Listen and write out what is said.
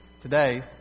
Today